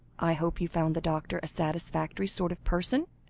i hope you found the doctor a satisfactory sort of person?